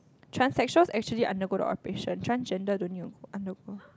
transexuals actually undergo the operation transgender don't need to go undergo